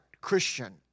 Christian